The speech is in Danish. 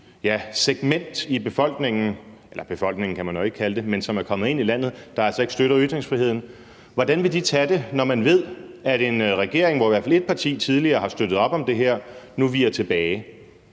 det segment i befolkningen – eller befolkningen kan man ikke kalde dem, men dem, som er kommet ind i landet – der altså ikke støtter ytringsfriheden, mon vil tage det, når man ved, at en regering, hvor i hvert fald ét parti tidligere har støttet op om det her, nu viger tilbage?